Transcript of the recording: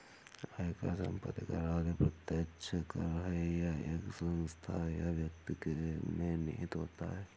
आयकर, संपत्ति कर आदि प्रत्यक्ष कर है यह एक संस्था या व्यक्ति में निहित होता है